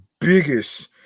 biggest